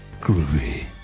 Groovy